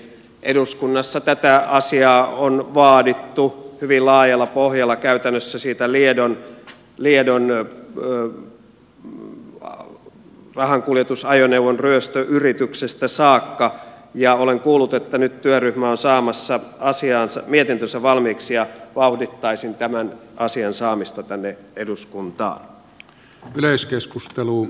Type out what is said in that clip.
eduskunnassa tätä asiaa on vaadittu hyvin laajalla pohjalla käytännössä siitä liedon rahankuljetusajoneuvon ryöstöyrityksestä saakka ja olen kuullut että nyt työryhmä on saamassa mietintönsä valmiiksi ja vauhdittaisin tämän asian saamista tänne eduskunta on yleiskeskusteluun